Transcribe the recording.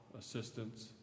assistance